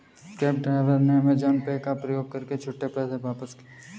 cab driver ने Amazon Pay का प्रयोग कर छुट्टे पैसे वापस किए